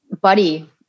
buddy